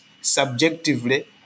subjectively